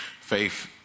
faith